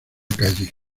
calle